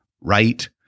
right